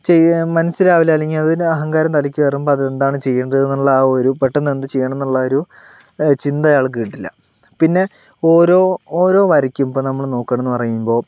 ചെയ്യാൻ മനസ്സിലാവില്ല അല്ലെങ്കിൽ അതിന്റെ അഹങ്കാരം തലയ്ക്ക് കയറുമ്പോൾ അതെന്താണ് ചെയ്യേണ്ടതെന്ന് ഉള്ള ആ ഒരു പെട്ടെന്ന് എന്ത് ചെയ്യണമെന്നുള്ള ആ ഒരു ചിന്ത അയാൾക്ക് കിട്ടില്ല പിന്നെ ഓരോ ഓരോ വരയ്ക്കും ഇപ്പോൾ നമ്മള് നോക്കണമെന്ന് പറയുമ്പോൾ